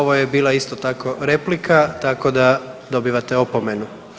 Ovo je bila isto tako replika, tako da dobivate opomenu.